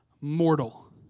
mortal